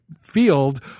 field